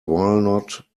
walnut